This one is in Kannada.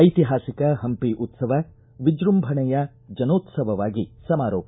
ಐತಿಹಾಸಿಕ ಹಂಪಿ ಉತ್ಸವ ವಿಜೃಂಭಣೆಯ ಜನೋತ್ಸವವಾಗಿ ಸಮಾರೋಪ